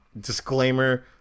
disclaimer